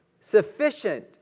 Sufficient